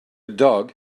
dog